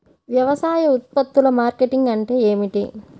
వ్యవసాయ ఉత్పత్తుల మార్కెటింగ్ అంటే ఏమిటి?